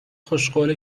خوشقوله